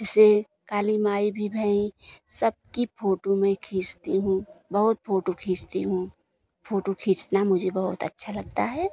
जेसे काली माई भी भई सब की फोटो मैं खींचती हूँ बहुत फोटो मैं खींचती हूँ फोटो खींचना मुझे बहुत अच्छा लगता है